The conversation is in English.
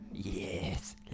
yes